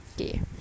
okay